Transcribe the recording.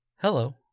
Hello